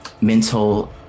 mental